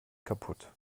kaputt